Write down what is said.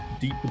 deep